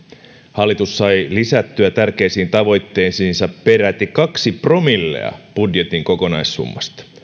hallitus sai lisättyä tärkeisiin tavoitteisiinsa peräti kaksi promillea budjetin kokonaissummasta